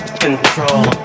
Control